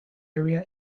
area